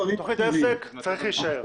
תוכנית, זה צריך להישאר.